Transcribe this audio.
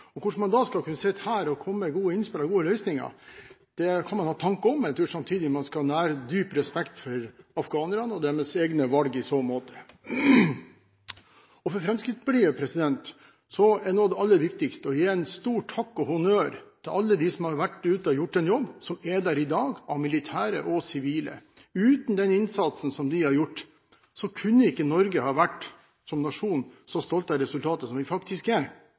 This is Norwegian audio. oss. Hvordan man da skal kunne sitte her og komme med gode innspill og gode løsninger, kan man ha tanker om, men jeg tror samtidig man skal nære dyp respekt for afghanerne og deres egne valg i så måte. For Fremskrittspartiet er noe av det aller viktigste å gi en stor takk og honnør til alle dem som har vært ute og gjort en jobb, som er der i dag, av militære og sivile. Uten den innsatsen som de har gjort, kunne ikke Norge som nasjon ha vært så stolt av resultatet som vi faktisk er